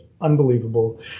unbelievable